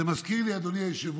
זה מזכיר לי, אדוני היושב-ראש,